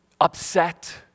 upset